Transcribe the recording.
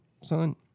son